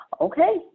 Okay